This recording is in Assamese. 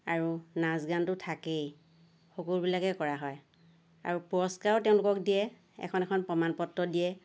আৰু নাচ গানতো থাকেই সকলোবিলাকেই কৰা হয় আৰু পুৰস্কাৰো তেওঁলোকক দিয়ে এখন এখন প্ৰমাণ পত্ৰ দিয়ে